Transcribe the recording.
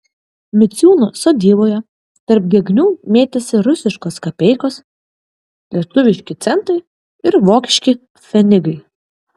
miciūnų sodyboje tarp gegnių mėtėsi rusiškos kapeikos lietuviški centai ir vokiški pfenigai